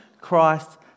Christ